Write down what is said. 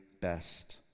best